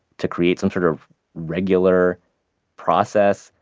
to create some sort of regular process.